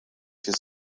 que